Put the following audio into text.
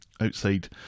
Outside